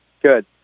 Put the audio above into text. Good